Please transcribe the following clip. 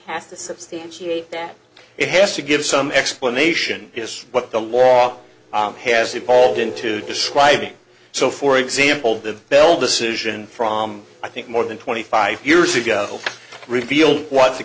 to substantiate that it has to give some explanation is what the law has evolved into describing so for example the bell decision from i think more than twenty five years ago reveal